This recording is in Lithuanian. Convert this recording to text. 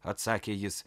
atsakė jis